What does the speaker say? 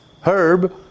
herb